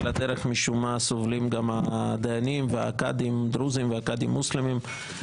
על הדרך משום מה סובלים גם הדיינים והקאדים דרוזים והקאדים מוסלמים.